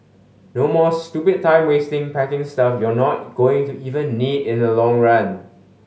no more stupid time wasting packing stuff you're not going to even need in the long run